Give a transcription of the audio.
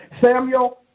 Samuel